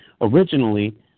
Originally